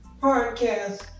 podcast